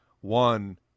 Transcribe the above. one